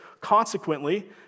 Consequently